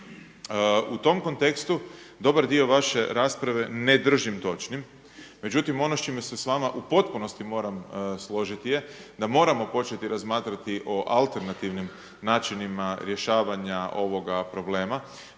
U tom kontekstu dobar dio vaše rasprave ne držim točnim, međutim ono s čime se s vama u potpunosti moram složiti je da moramo početi razmatrati o alternativnim načinima rješavanja ovoga problema.